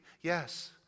Yes